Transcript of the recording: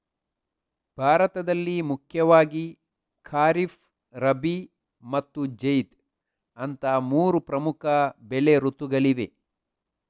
ಭಾರತದಲ್ಲಿ ಮುಖ್ಯವಾಗಿ ಖಾರಿಫ್, ರಬಿ ಮತ್ತು ಜೈದ್ ಅಂತ ಮೂರು ಪ್ರಮುಖ ಬೆಳೆ ಋತುಗಳಿವೆ